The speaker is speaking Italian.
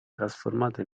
trasformato